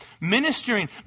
Ministering